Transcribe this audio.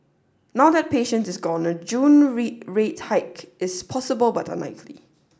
now that patient is gone a June rate rate hike is possible but unlikely